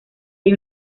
hay